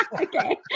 Okay